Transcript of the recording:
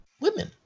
women